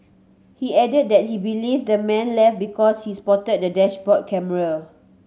he added that he believes the man left because he spotted the dashboard camera